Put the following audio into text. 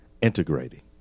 Integrating